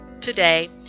today